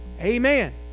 Amen